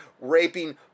raping